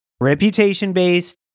reputation-based